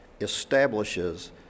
establishes